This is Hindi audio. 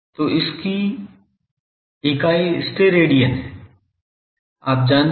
तो इसकी इकाई स्टेरेडियन हैं आप जानते हैं